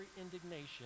indignation